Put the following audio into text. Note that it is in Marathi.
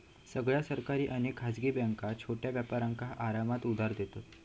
सगळ्या सरकारी आणि खासगी बॅन्का छोट्या व्यापारांका आरामात उधार देतत